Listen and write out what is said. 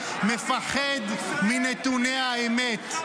מפחד מנתוני האמת.